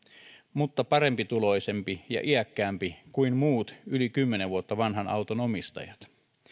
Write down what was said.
mutta parempituloisempi ja iäkkäämpi kuin muut yli kymmenen vuotta vanhan auton omistajat